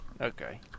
Okay